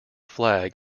flag